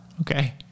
Okay